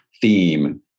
theme